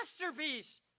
masterpiece